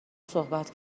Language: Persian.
صحبت